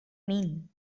mean